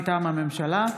מטעם הממשלה: